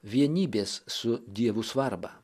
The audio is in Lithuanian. vienybės su dievu svarbą